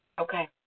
Okay